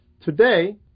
Today